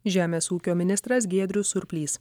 žemės ūkio ministras giedrius surplys